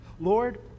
Lord